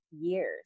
years